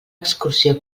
excursió